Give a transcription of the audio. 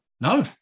No